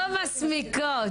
לא מסמיקות.